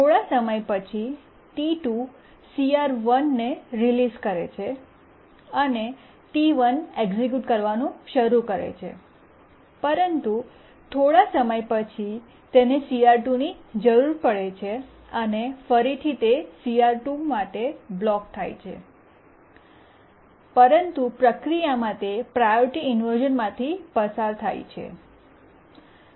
થોડા સમય પછી T2 CR1 રીલીસ કરે છે અને T1 એક્ઝિક્યુટ કરવાનું શરૂ કરે છે પરંતુ પછી થોડા સમય પછી તેને CR2 ની જરૂર પડે છે અને ફરીથી તે CR2 માટે બ્લૉક થાય છે પરંતુ પ્રક્રિયામાં તે પ્રાયોરિટી ઇન્વર્શ઼નમાંથી પસાર થાય છે